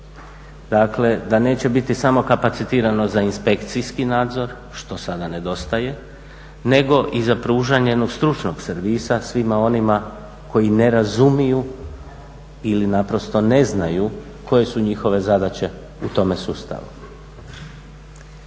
Dakle, da neće biti samo kapacitirano za inspekcijski nadzor, što sada nedostaje, nego i za pružanje jednog stručnog servisa svima onima koji ne razumiju ili naprosto ne znaju koje su njihove zadaće u tome sustavu.